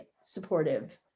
supportive